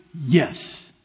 Yes